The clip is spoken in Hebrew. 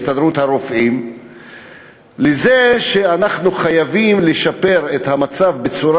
את הסתדרות הרופאים בזה שאנחנו חייבים לשפר את המצב בצורה